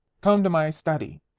come to my study.